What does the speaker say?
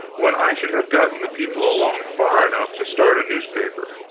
when i should have gotten the people along far enough, to start a newspaper.